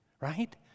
Right